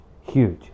Huge